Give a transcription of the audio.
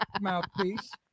mouthpiece